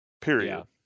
period